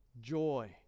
joy